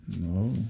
No